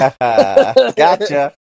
Gotcha